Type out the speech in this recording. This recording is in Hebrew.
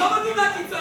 עזוב אותי מהקיצונים,